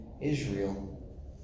Israel